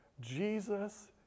Jesus